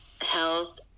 health